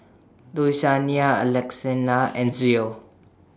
Louisiana and Zoe